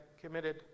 committed